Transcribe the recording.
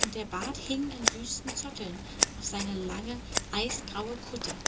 und der bart hing in wüsten zotteln auf seine lange eisgraue kutte